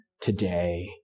today